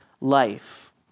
life